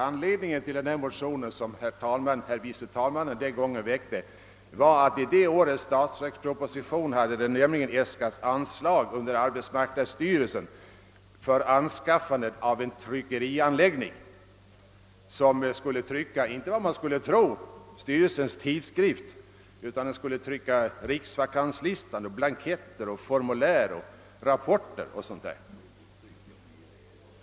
Anledningen till motionen, som herr andre vice talmannen Cassel den gången väckte, var närmast att i det årets statsverksproposition hade äskats anslag till arbetsmarknadsstyrelsen för anskaffande av en tryckerianläggning som skulle trycka inte vad man skulle tro, nämligen styrelsens tidskrift, utan riksvakanslistan, blanketter, formulär, rapporter o. d.